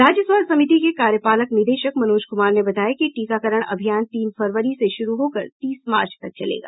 राज्य स्वास्थ्य समिति के कार्यपालक निदेशक मनोज कुमार ने बताया कि टीकाकरण अभियान तीन फरवरी से शुरू होकर तीस मार्च तक चलेगा